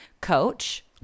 coach